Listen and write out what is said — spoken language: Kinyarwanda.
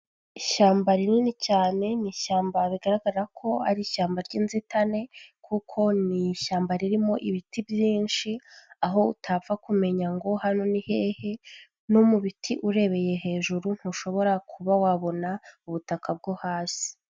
Ishyamba rinini cyane ni ishyamba, bigaragara ko ari ishyamba ry'inzitane kuko ni ishyamba ririmo ibiti byinshi, aho utapfa kumenya ngo hano ni hehe, no mu biti urebeye hejuru ntushobora kuba wabona ubutaka bwo hasi.